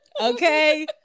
okay